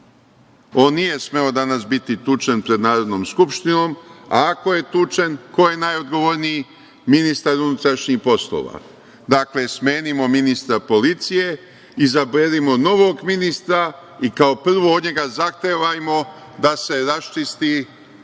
On nije smeo danas biti tučen pred Narodnom Skupštinom, a ako je tučen ko je najodgovorniji, ministar unutrašnjih poslova. Dakle, smenimo ministra policije i izaberimo novog ministra i kao prvo od njega zahtevajmo da se raščisti ulaz